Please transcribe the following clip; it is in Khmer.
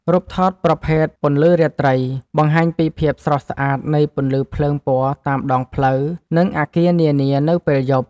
រូបថតប្រភេទពន្លឺរាត្រី បង្ហាញពីភាពស្រស់ស្អាតនៃពន្លឺភ្លើងពណ៌តាមដងផ្លូវ និងអាគារនានានៅពេលយប់។